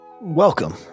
Welcome